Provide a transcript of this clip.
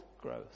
growth